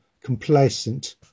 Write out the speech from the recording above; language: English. complacent